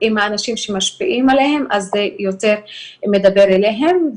עם האנשים שמשפיעים עליהם אז זה יותר מדבר אליהם.